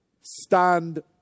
stand